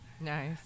Nice